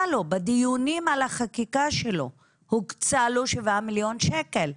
לו בדיונים על החקיקה שלו שבעה מיליון שקל.